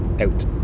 Out